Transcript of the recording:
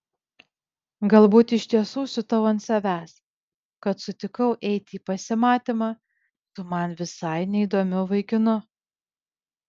galbūt iš tiesų siutau ant savęs kad sutikau eiti į pasimatymą su man visai neįdomiu vaikinu